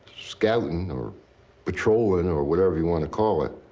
scouting or patrolling or whatever you want to call it,